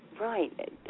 right